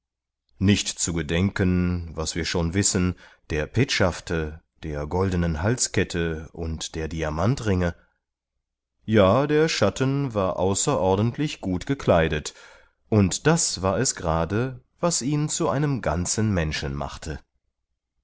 nicht zu gedenken was wir schon wissen der petschafte der goldenen halskette und der diamantringe ja der schatten war außerordentlich gut gekleidet und das war es gerade was ihn zu einem ganzen menschen machte